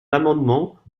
l’amendement